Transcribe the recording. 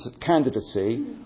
candidacy